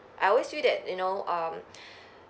I always feel that you know um